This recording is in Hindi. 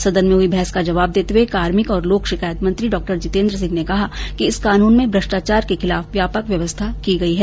सदन में हुई बहस का जवाब देते हुए कार्मिक और लोक शिकायत मंत्री डॉक्टर जितेन्द्र सिंह ने कहा कि इस कानून में भ्रष्टाचार के खिलाफ व्यापक व्यवस्था की गई है